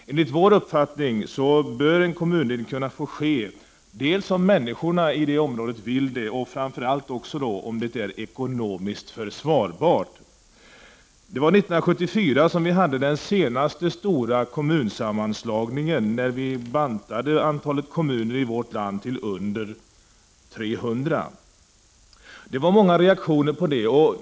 Enligt vår uppfattning bör en kommundelning kunna ske om människorna i området vill det och framför allt om det är ekonomiskt försvarbart. År 1974 hade vi den senaste stora kommunsammanslagningen, när vi bantade antalet kommuner i vårt land till under 300. Det blev många reaktioner på det.